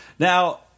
Now